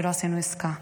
כי לא עשינו עסקה.